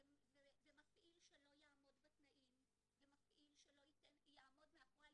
ומפעיל שלא יעמוד בתנאים ומפעיל שלא יעמוד מאחורי